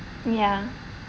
ya